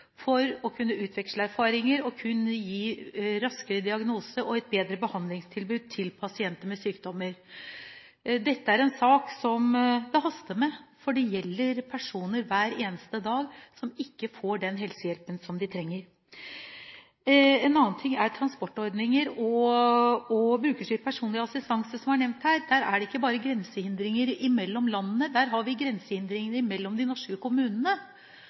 for å kunne utveksle erfaringer og gi raskere diagnose og et bedre behandlingstilbud til pasienter med sjeldne sykdommer. Dette er en sak som det haster med, for det gjelder personer hver eneste dag som ikke får den helsehjelpen de trenger. En annen ting er transportordninger og brukerstyrt personlig assistanse, som var nevnt her. Der er det ikke bare grensehindringer mellom landene, der har vi grensehindringer mellom de norske kommunene.